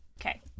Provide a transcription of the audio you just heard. Okay